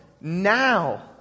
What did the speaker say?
now